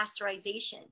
pasteurization